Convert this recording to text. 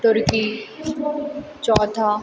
तुर्की चौथा